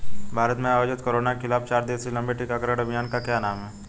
भारत में आयोजित कोरोना के खिलाफ चार दिवसीय लंबे टीकाकरण अभियान का क्या नाम है?